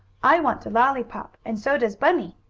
i want a lollypop and so does bunny.